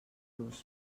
los